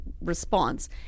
response